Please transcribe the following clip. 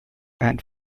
and